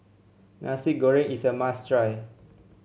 Nasi Goreng is a must try